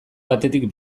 batetik